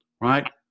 right